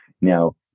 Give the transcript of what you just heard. Now